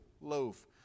loaf